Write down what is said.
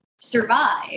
survive